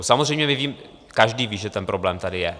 Samozřejmě každý ví, že ten problém tady je.